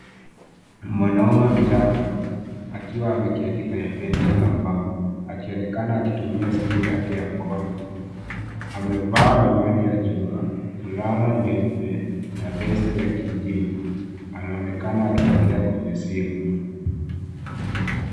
Mwanaume mchanga akiwa ameketi kwenye benchi la mbao akionekana akitumia simu yake ya mkono amevaa miwani ya jua, fulana nyeupe na vesti ya kijivu. Anaonekana akiongea kwenye simu.